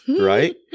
right